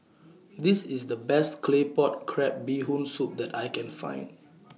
This IS The Best Claypot Crab Bee Hoon Soup that I Can Find